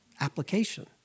application